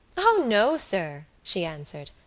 o no, sir, she answered.